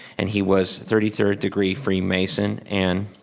and he was thirty third degree freemason, and.